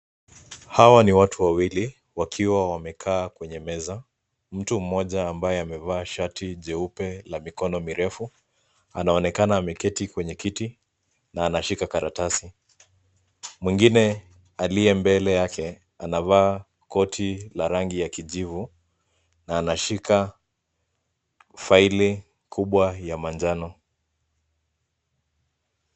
Hawa ni watu wawili wakiwa wamekaa kwenye meza. Mtu mmoja ambaye amevaa shati jeupe la mikono mirefu anaonekana ameketi kwenye kiti na anashika karatasi. Mwingine aliye mbele yake anavaa koti la rangi ya kijivu na anashika faili kubwa ya manjano.